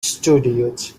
studios